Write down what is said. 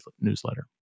newsletter